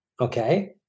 Okay